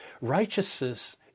Righteousness